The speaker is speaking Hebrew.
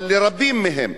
אבל מרבים מהם.